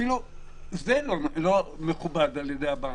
אפילו זה לא מכובד על ידי הבנק.